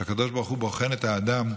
כשהקדוש ברוך הוא בוחן את האדם,